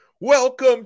Welcome